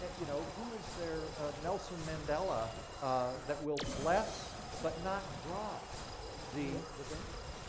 you know who is their nelson mandela that will bless but not drive the the venture.